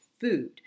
food